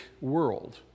world